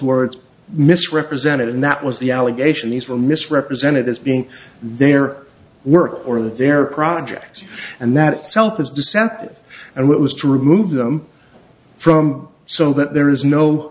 words misrepresented and that was the allegation these were misrepresented as being their work or their projects and that itself was deceptive and what was to remove them from so that there is no